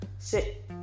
sit